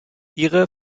ihre